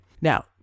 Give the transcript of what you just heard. Now